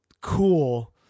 cool